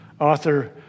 author